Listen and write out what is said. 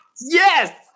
Yes